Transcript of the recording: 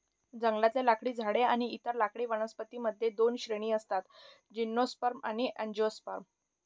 जंगलातले लाकडी झाडे आणि इतर लाकडी वनस्पतीं मध्ये दोन श्रेणी असतातः जिम्नोस्पर्म आणि अँजिओस्पर्म